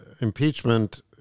impeachment